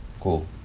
Cool